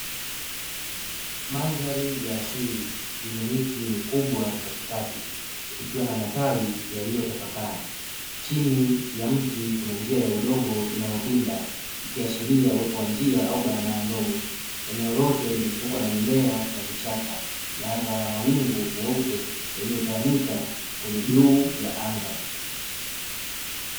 Mandhari ya asili yenye miti mikubwa katikati, ikiwa na matawi yaliyotapakaa. Chini ya mti kuna njia ya udongo inayopinda, ikiashiria uwepo wa njia au barabara ndogo. Eneo lote limezungukwa na mimea na vichaka, na anga la mawingu meupe yaliyotawanyika kwenye bluu ya anga.